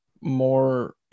more